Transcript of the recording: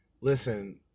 Listen